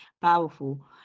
powerful